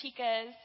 chicas